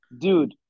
dude